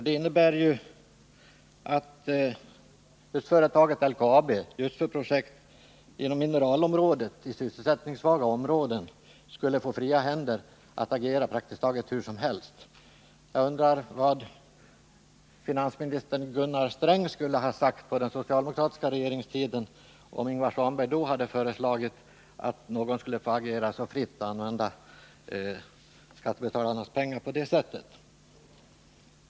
Det innebär ju att LKAB för mineralprojekt inom sysselsättningssvaga områden skulle få fria händer att agera praktiskt taget hur som helst. Jag undrar vad förre finansministern Gunnar Sträng skulle ha sagt på den socialdemokratiska regeringens tid, om Ingvar Svanberg då hade föreslagit att någon skulle få agera så fritt och använda skattebetalarnas pengar på det sättet.